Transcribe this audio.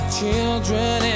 children